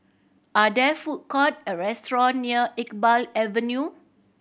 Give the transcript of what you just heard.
are there food courts or restaurants near Iqbal Avenue